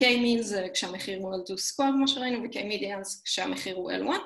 K-means כשהמחיר הוא L2 square כמו שראינו ו-K-medians כשהמחיר הוא L1